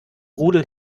rudel